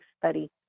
study